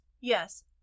Yes